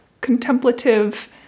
contemplative